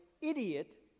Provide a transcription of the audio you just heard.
idiot